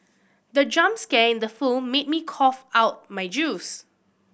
the jump scare in the film made me cough out my juice